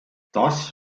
das